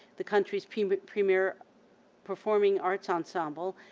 the country's premier premier performing arts ensemble,